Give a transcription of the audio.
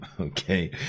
Okay